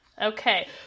Okay